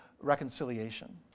reconciliation